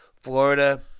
Florida